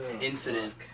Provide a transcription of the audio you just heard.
incident